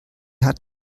hat